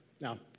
Now